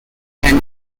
and